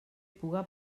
puga